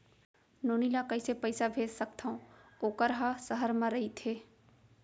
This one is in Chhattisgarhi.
नोनी ल कइसे पइसा भेज सकथव वोकर ह सहर म रइथे?